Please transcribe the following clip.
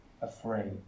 afraid